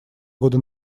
года